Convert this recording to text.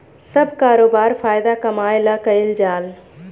सब करोबार फायदा कमाए ला कईल जाल